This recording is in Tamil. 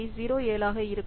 07 ஆக இருக்கும்